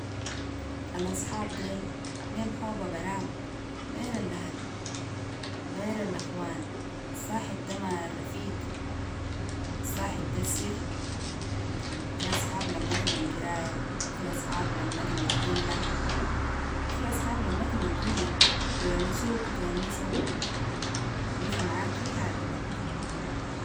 الأصحاب ديل ليهم حوبتهم براهم غير الاهل غير الأخوان الصاحب ده ما الرفيق الصاحب ده السر في أصحاب لمتم القراية في أصحاب لمتم الحلة في أصحاب لمتم الدنيا بي ونسوك و تونسم وبقيفو معاك معاك في حارتك